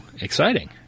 exciting